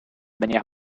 manière